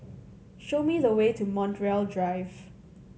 show me the way to Montreal Drive